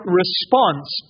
response